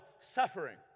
suffering